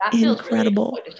Incredible